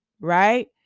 Right